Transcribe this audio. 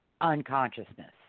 unconsciousness